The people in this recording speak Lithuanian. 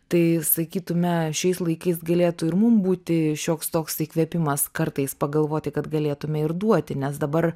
tai sakytume šiais laikais galėtų ir mum būti šioks toks įkvėpimas kartais pagalvoti kad galėtume ir duoti nes dabar